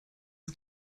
das